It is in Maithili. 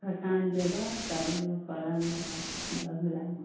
दोकान जेबऽ तब लेबऽ पलङ्ग लेबऽ दस हजारमे